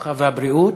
הרווחה והבריאות?